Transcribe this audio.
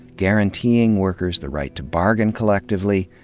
guaranteeing workers the right to bargain collectively,